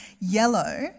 yellow